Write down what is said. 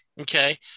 okay